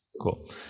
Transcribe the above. Cool